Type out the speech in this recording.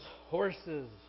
horses